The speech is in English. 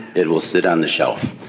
it will sit on the shelf.